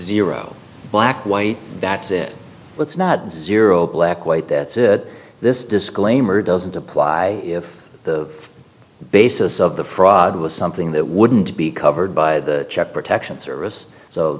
zero black white that's it let's not ciro black white that's it this disclaimer doesn't apply if the basis of the fraud was something that wouldn't be covered by the check protection service so